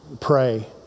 Pray